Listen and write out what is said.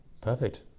perfect